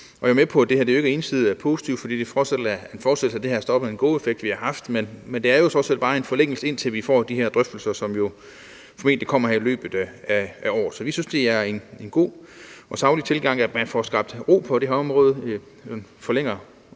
Jeg er med på, at det ikke ensidigt er positivt, fordi det er en fortsættelse af den her stop-go-effekt, vi har haft, men det er jo trods alt bare en forlængelse, indtil vi får de her drøftelser, som formentlig kommer her i løbet af året. Så vi synes, det er en god og saglig tilgang, at man får skabt ro på det her område. Man forlænger